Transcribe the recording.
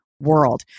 world